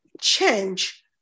change